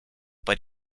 but